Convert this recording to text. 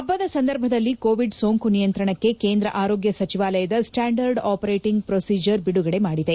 ಹಬ್ಲದ ಸಂದರ್ಭದಲ್ಲಿ ಕೋವಿಡ್ ಸೋಂಕು ನಿಯಂತ್ರಣಕ್ಕೆ ಕೇಂದ್ರ ಆರೋಗ್ಗ ಸಚಿವಾಲಯ ಸ್ಲಾಂಡರ್ಡ್ ಆಪರೇಟಿಂಗ್ ಪೊಸಿಜರ್ ಬಿಡುಗಡೆ ಮಾಡಿದೆ